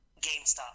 GameStop